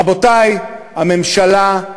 רבותי, הממשלה,